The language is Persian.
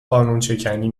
قانونشکنی